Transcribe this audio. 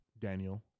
Daniel